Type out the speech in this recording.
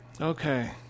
Okay